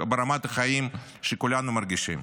ברמת החיים שכולנו מרגישים.